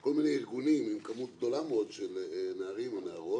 כל מיני ארגונים עם כמות גדולה מאוד של נערים ונערות,